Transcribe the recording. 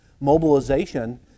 mobilization